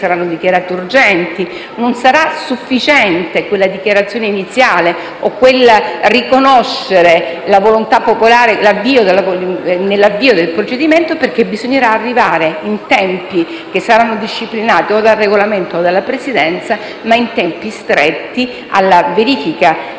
infatti, sufficiente la dichiarazione iniziale o il riconoscere la volontà popolare nell'avvio del procedimento perché bisognerà arrivare in tempi disciplinati o dal Regolamento o dalla Presidenza - ma comunque stretti - alla verifica